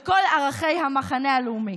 ואת כל ערכי המחנה הלאומי.